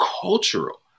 cultural